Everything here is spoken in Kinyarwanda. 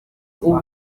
ubu